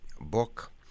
book